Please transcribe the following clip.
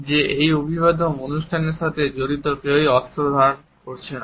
যে এই অভিবাদন অনুষ্ঠানের সাথে জড়িত কেউই অস্ত্র ধারণ করছে না